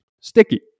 Sticky